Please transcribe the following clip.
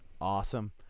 Awesome